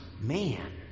man